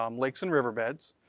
um lakes, and river beds.